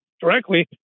directly